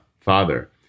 Father